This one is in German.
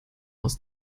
aus